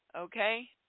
Okay